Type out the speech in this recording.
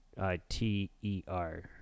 I-T-E-R